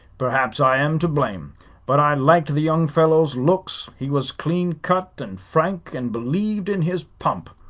perhaps i am to blame but i liked the young fellow's looks. he was clean-cut and frank, and believed in his pump.